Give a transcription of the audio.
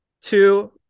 Two